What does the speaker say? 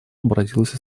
обратился